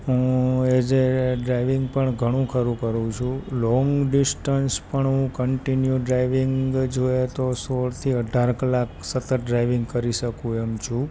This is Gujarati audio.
હું એ જે ડ્રાઇવિંગ પણ ઘણું ખરું કરું છું લોંગ ડિસ્ટન્સ પણ હું કન્ટિન્યુ ડ્રાઇવિંગ જોઈએ તો સોળથી અઢાર કલાક સતત ડ્રાઇવિંગ કરી શકું એમ છું